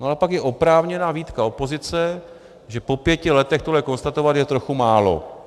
No a pak je oprávněná výtka opozice, že po pěti letech tohle konstatovat je trochu málo.